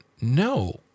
no